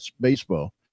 baseball